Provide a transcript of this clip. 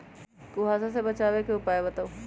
कुहासा से बचाव के उपाय बताऊ?